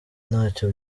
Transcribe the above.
ntacyo